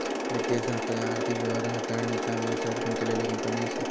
वित्तीय संस्था ह्या आर्थिक व्यवहार हाताळण्याचा व्यवसायात गुंतलेल्यो कंपनी असा